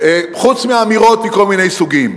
חוץ מאמירות מכל מיני סוגים,